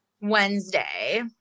Wednesday